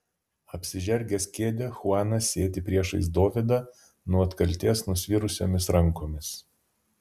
apsižergęs kėdę chuanas sėdi priešais dovydą nuo atkaltės nusvirusiomis rankomis